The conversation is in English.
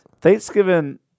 Thanksgiving